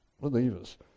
believers